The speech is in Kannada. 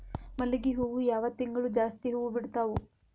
ಮಲ್ಲಿಗಿ ಹೂವು ಯಾವ ತಿಂಗಳು ಜಾಸ್ತಿ ಹೂವು ಬಿಡ್ತಾವು?